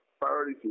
priority